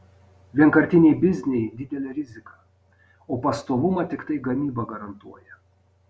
vienkartiniai bizniai didelė rizika o pastovumą tiktai gamyba garantuoja